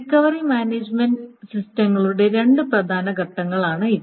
recovery management സിസ്റ്റങ്ങളുടെ രണ്ട് പ്രധാന ഘട്ടങ്ങളാണ് ഇവ